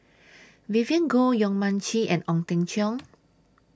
Vivien Goh Yong Mun Chee and Ong Teng Cheong